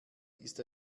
ist